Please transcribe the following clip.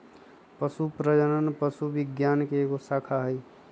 पशु प्रजनन पशु विज्ञान के एक शाखा हई